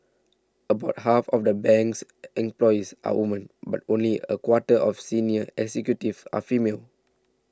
about half of the bank's employees are woman but only a quarter of senior executives are female